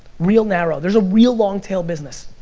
real narrow, there's a real long tail business,